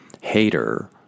hater